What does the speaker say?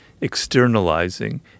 externalizing